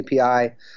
API